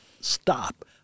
stop